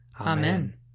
Amen